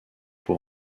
pour